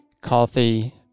coffee